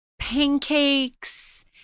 pancakes